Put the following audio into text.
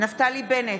נפתלי בנט,